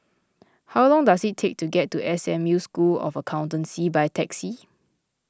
how long does it take to get to S M U School of Accountancy by taxi